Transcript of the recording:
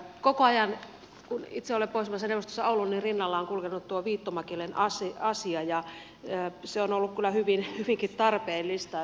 koko ajan kun itse olen pohjoismaiden neuvostossa ollut rinnalla on kulkenut tuo viittomakielen asia ja se on ollut kyllä hyvinkin tarpeellista